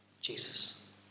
Jesus